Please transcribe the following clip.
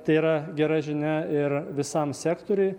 tai yra gera žinia ir visam sektoriui